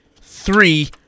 three